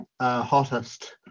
hottest